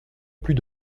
plus